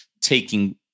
taking